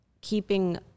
keeping